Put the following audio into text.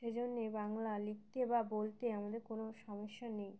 সেই জন্যে বাংলা লিখতে বা বলতে আমাদের কোনো সমস্যা নেই